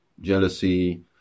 jealousy